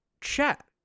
chat